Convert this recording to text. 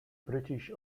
british